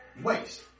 Waste